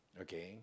okay